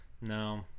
no